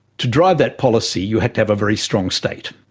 to drive that policy you have to have a very strong state,